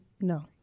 No